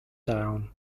down